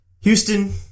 Houston